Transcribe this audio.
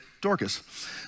Dorcas